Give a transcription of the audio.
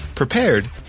Prepared